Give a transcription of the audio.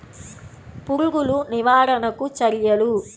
పురుగులు నివారణకు చర్యలు?